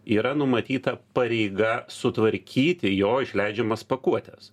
yra numatyta pareiga sutvarkyti jo išleidžiamas pakuotes